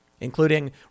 including